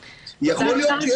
יכול להיות שיש